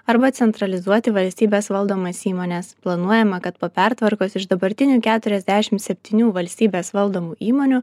arba centralizuoti valstybės valdomas įmones planuojama kad po pertvarkos iš dabartinių keturiasdešim septynių valstybės valdomų įmonių